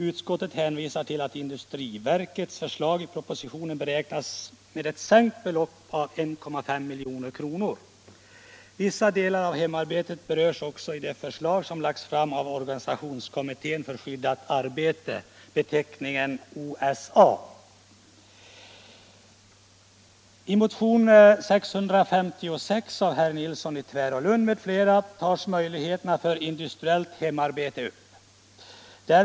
Utskottet hänvisar till att i enlighet med industriverkets förslag beräknas i propositionen 1,5 milj.kr. sänkt belopp för ändamålet. Vissa delar av hemarbetet berörs också i de förslag som lagts fram av organisationskommittén för skyddat arbete, OSA. I motionen 656 av herr Nilsson i Tvärålund m.fl. tas frågan om industriellt hemarbete upp.